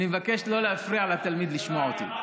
אני מבקש לא להפריע לתלמיד לשמוע אותי.